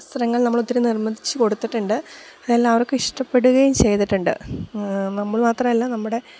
വസ്ത്രങ്ങൾ നമ്മളൊത്തിരി നിർമ്മിച്ചു കൊടുത്തിട്ടുണ്ട് അതെല്ലാവർക്കുമിഷ്ടപ്പെടുകയും ചെയ്തിട്ടുണ്ട് നമ്മൾ മാത്രമല്ല നമ്മളുടെ